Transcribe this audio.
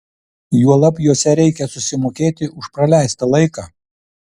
juolab juose reikia susimokėti už praleistą laiką